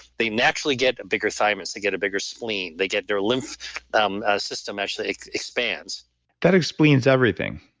they naturally get bigger thymus, they get a bigger spleen, they get their lymph um ah system actually expands that explains everything.